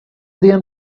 then